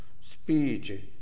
speech